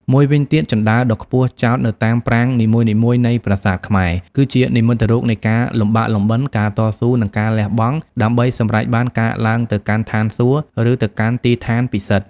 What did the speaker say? មួយវិញទៀត ជណ្តើរដ៏ខ្ពស់ចោទនៅតាមប្រាង្គនីមួយៗនៃប្រាសាទខ្មែរ គឺជានិមិត្តរូបនៃការលំបាកលំបិន ការតស៊ូ និងការលះបង់ដើម្បីសម្រេចបានការឡើងទៅកាន់ឋានសួគ៌ ឬទៅកាន់ទីឋានពិសិដ្ឋ។